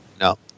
No